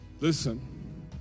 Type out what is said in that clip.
Listen